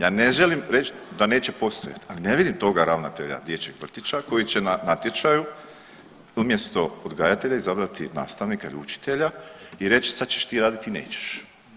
Ja ne želim reći da neće postojati, ali ne vidim toga ravnatelja dječjeg vrtića koji će na natječaju umjesto odgajatelja izabrati nastavnika ili učitelja i reći sad ćeš ti raditi, ti nećeš.